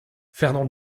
fernand